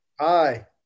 Hi